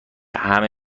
همه